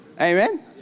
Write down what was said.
Amen